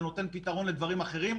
נותן פתרון לדברים אחרים,